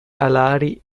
alari